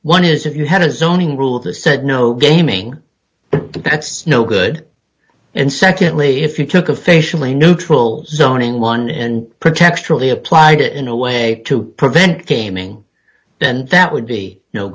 one is if you had a zoning rule that said no gaming but that's no good and secondly if you took a facially neutral zoning one and potentially applied it in a way to prevent gaming then that would be no